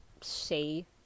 say